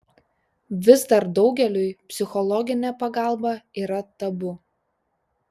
vis dar daugeliui psichologinė pagalba yra tabu